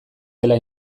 dela